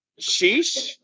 Sheesh